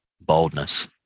boldness